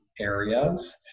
areas